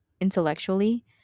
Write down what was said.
intellectually